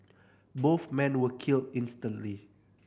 both men were killed instantly